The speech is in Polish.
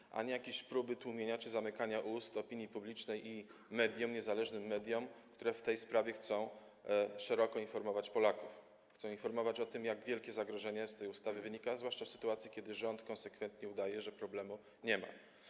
A nie żeby były jakieś próby tłumienia czy zamykania ust opinii publicznej i mediom, niezależnym mediom, które w tej sprawie chcą szeroko informować Polaków o tym, jak wielkie zagrożenie z tej ustawy wynika, zwłaszcza w sytuacji, gdy rząd konsekwentnie udaje, że problemu nie ma.